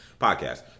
podcast